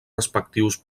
respectius